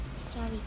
sorry